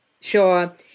sure